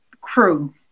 crew